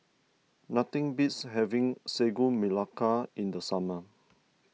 nothing beats having Sagu Melaka in the summer